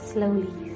Slowly